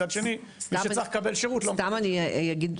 מצד שני מי שצריך לקבל שירות לא מקבל שירות.